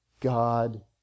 God